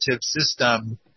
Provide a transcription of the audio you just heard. system